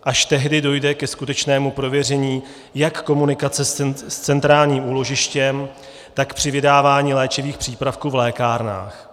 Až tehdy dojde ke skutečnému prověření jak komunikace s centrálním úložištěm, tak při vydávání léčivých přípravků v lékárnách.